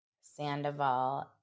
Sandoval